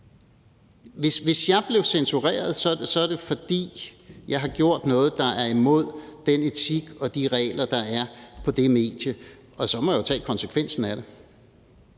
hvis jeg bliver censureret, er det, fordi jeg har gjort noget, der er imod den etik og de regler, der er på det medie, og så må jeg jo tage konsekvensen af det.